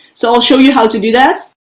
so i'll show you how to do that.